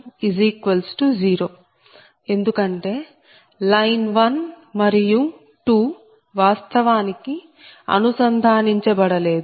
0 ఎందుకంటే లైన్ 1 మరియు 2 వాస్తవానికి అనుసంధానించబడలేదు